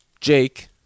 Jake